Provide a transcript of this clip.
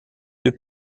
deux